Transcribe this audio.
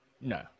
no